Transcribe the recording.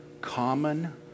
common